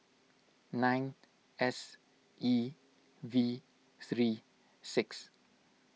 nine S E V three six